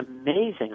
amazing